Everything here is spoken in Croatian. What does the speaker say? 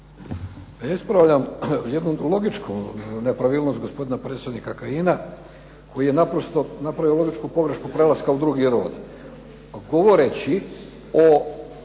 Pa ispravljam jednu logičku nepravilnost gospodina predsjednika Kajina koji je naprosto napravio logičku pogrešku prelaska u drugi rod govoreći o